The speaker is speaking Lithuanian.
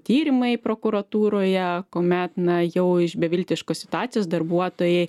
tyrimai prokuratūroje kuomet na jau iš beviltiškos situacijos darbuotojai